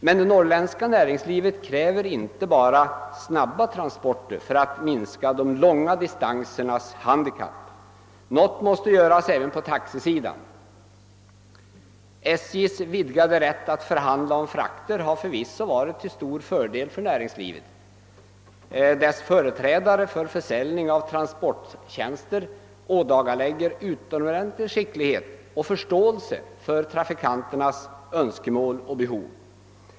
Men det norrländska näringslivet kräver inte bara snabba transporter för att minska de långa distansernas handikapp. Något måste göras även på taxesidan. SJ:s vidgade rätt att förhandla om frakter har förvisso varit till stor fördel för näringslivet. Dess företrädare för försäljning av transporttjänster ådagalägger utomordentlig skicklighet och förståelse för trafikanternas önskemål och behov.